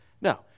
No